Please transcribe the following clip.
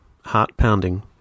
heart-pounding